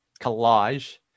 collage